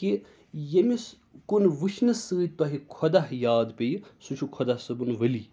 کہِ ییٚمِس کُن وٕچھنہٕ سۭتۍ تۄہہِ خۄدا یاد پیٚیہِ سُہ چھُو خۄدا صٲبُن ؤلی